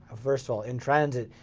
first of all, in transit,